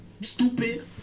stupid